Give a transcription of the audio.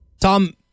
Tom